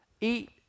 Eat